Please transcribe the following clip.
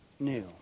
new